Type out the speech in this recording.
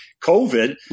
COVID